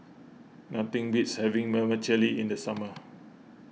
nothing beats having Vermicelli in the summer